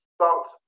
thoughts